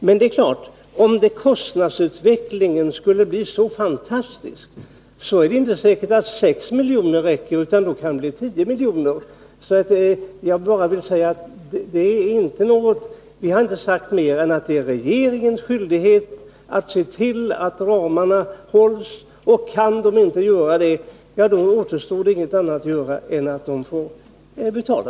Men om kostnadsutvecklingen skulle bli så fantastisk är det inte säkert att 6 miljoner räcker — då kan det bli 10 miljoner. Vi har inte sagt mer än att det är regeringens skyldighet att se till att ramarna hålls. Kan man inte göra det, återstår ingenting annat än att betala.